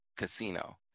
casino